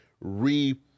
re